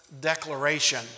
declaration